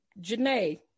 Janae